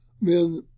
men